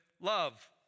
love